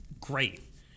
great